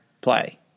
play